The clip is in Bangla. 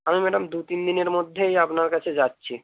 আমি ম্যাডাম দুতিন দিনের মধ্যেই আপনার কাছে যাচ্ছি